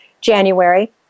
January